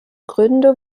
gründe